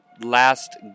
last